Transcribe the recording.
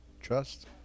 Trust